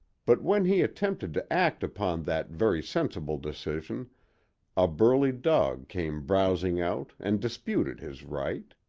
but when he attempted to act upon that very sensible decision a burly dog came bowsing out and disputed his right.